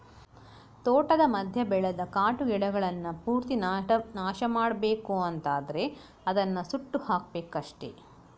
ತೋಟದ ಮಧ್ಯ ಬೆಳೆದ ಕಾಟು ಗಿಡಗಳನ್ನ ಪೂರ್ತಿ ನಾಶ ಮಾಡ್ಬೇಕು ಅಂತ ಆದ್ರೆ ಅದನ್ನ ಸುಟ್ಟು ಹಾಕ್ಬೇಕಷ್ಟೆ